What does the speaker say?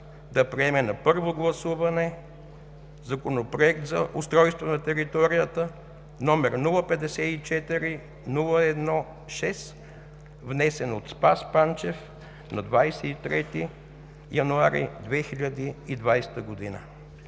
да приеме на първо гласуване Законопроект за устройство на територията, № 054-01-6, внесен от Спас Панчев на 23 януари 2020 г.“